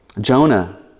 Jonah